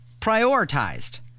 prioritized